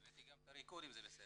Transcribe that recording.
הבאתי גם את ה- -- אם זה בסדר.